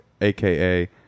aka